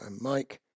Mike